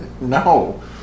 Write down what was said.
No